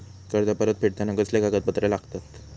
कर्ज परत फेडताना कसले कागदपत्र लागतत?